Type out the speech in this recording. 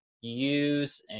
use